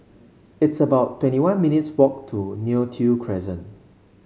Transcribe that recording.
it's about twenty one minutes' walk to Neo Tiew Crescent